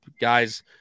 guys